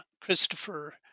Christopher